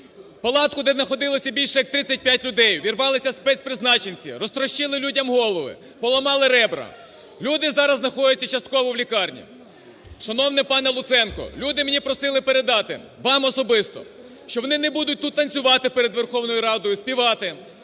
палатку, де знаходилося більше як 35 людей, ввірвалися спецпризначенці, розтрощили людям голови, поламали ребра, люди зараз знаходяться частково в лікарні. Шановний пане Луценко, люди мене просили передати вам особисто, що вони не будуть тут танцювати перед Верховною Радою, співати,